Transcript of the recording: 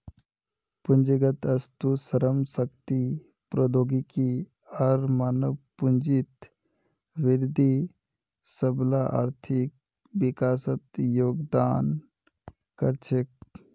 पूंजीगत वस्तु, श्रम शक्ति, प्रौद्योगिकी आर मानव पूंजीत वृद्धि सबला आर्थिक विकासत योगदान कर छेक